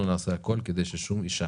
אנחנו נעשה הכול כדי ששום אישה